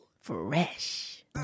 Fresh